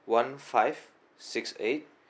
one five six eight